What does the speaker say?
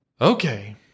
Okay